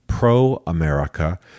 pro-America